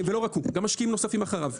ולא רק הוא אלא גם משקיעים נוספים אחריו.